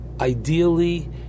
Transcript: ideally